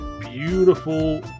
beautiful